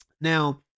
Now